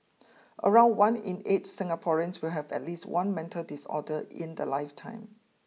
around one in eight Singaporeans will have at least one mental disorder in their lifetime